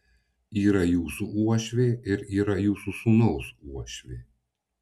yra jūsų uošvė ir yra jūsų sūnaus uošvė